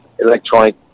electronic